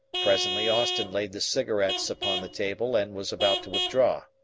presently austin laid the cigarettes upon the table and was about to withdraw.